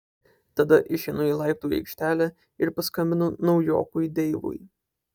tada išeinu į laiptų aikštelę ir paskambinu naujokui deivui